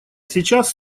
сейчас